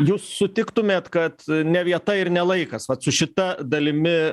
jūs sutiktumėt kad ne vieta ir ne laikas vat su šita dalimi